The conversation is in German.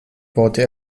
baute